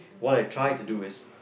what I try to do is